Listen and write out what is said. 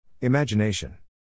Imagination